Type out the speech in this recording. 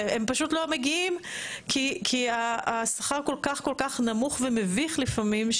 הם פשוט לא מגיעים כי השכר כל כך נמוך ומביך לפעמים,